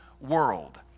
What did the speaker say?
world